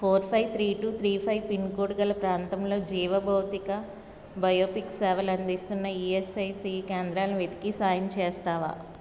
four five three two three five pin code గల ప్రాంతంలో జీవ భౌతిక బయోపిక్ సేవలు అందిస్తున్న ఈఎస్ఐసీ కేంద్రాలను వెతికి సాయం చేస్తావా